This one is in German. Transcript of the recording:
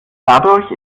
dadurch